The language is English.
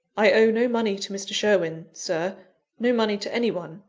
i owe no money to mr. sherwin, sir no money to any one.